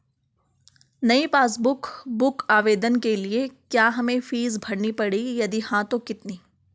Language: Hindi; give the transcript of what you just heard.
नयी पासबुक बुक आवेदन के लिए क्या हमें फीस भरनी पड़ेगी यदि हाँ तो कितनी?